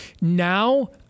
Now